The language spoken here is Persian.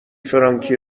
فرانکی